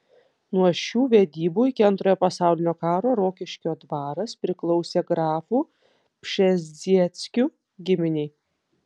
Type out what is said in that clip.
nuo šių vedybų iki antrojo pasaulinio karo rokiškio dvaras priklausė grafų pšezdzieckių giminei